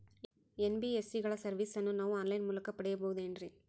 NBSC ಗಳ ಸರ್ವಿಸನ್ನ ನಾವು ಆನ್ ಲೈನ್ ಮೂಲಕ ಪಡೆಯಬಹುದೇನ್ರಿ?